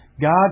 God